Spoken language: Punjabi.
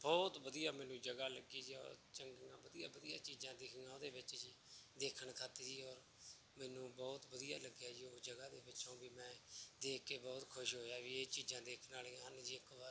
ਬਹੁਤ ਵਧੀਆ ਮੈਨੂੰ ਜਗ੍ਹਾ ਲੱਗੀ ਜੀ ਚੰਗੀ ਬਹੁਤ ਵਧੀਆ ਵਧੀਆ ਚੀਜ਼ਾਂ ਦਿਖੀਆਂ ਉਹਦੇ ਵਿੱਚ ਜੀ ਦੇਖਣ ਖਤ ਜੀ ਓਹ ਮੈਨੂੰ ਬਹੁਤ ਵਧੀਆ ਲੱਗਿਆ ਜੀ ਉਹ ਜਗ੍ਹਾ ਦੇ ਵਿੱਚੋਂ ਵੀ ਮੈਂ ਦੇਖ ਕੇ ਬਹੁਤ ਖੁਸ਼ ਹੋਇਆ ਵੀ ਇਹ ਚੀਜ਼ਾਂ ਦੇਖਣ ਵਾਲੀਆਂ ਹਨ ਜੀ ਇੱਕ ਵਾਰ